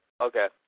Okay